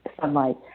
sunlight